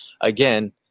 again